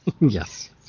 Yes